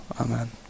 Amen